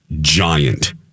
giant